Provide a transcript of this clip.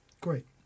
Great